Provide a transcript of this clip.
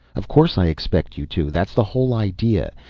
of course i expect you to. that's the whole idea.